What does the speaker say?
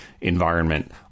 environment